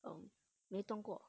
um 没动过